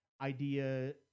idea